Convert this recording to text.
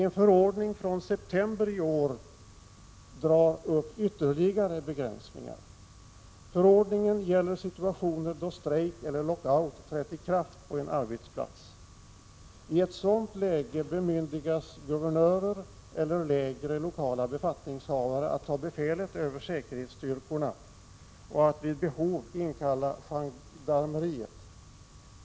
En förordning från september i år drar upp ytterligare begränsningar. Förordningen gäller situationer då strejk eller lockout trätt i kraft på en arbetsplats. I ett sådant läge bemyndigas guvernörer eller lägre lokala befattningshavare att ta befälet över säkerhetsstyrkorna och att vid behov inkalla gendarmeriet.